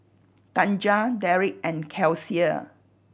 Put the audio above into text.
Tanja Derek and Kelsea